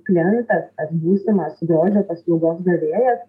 klientas ar būsimas grožio paslaugos gavėjas